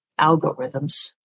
algorithms